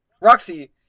Roxy